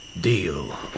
Deal